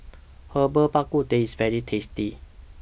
Herbal Bak Ku Teh IS very tasty